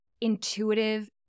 intuitive